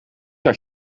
dat